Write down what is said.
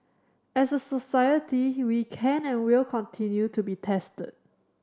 as a society we can and will continue to be tested